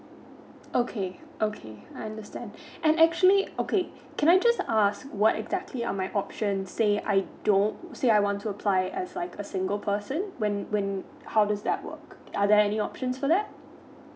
okay okay I understand and actually okay can I just ask what exactly on my options say I don't say I want to apply as like a single person when when how does that work are there any options for that